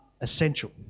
essential